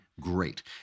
great